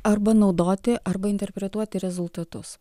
arba naudoti arba interpretuoti rezultatus